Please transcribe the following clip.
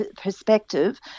perspective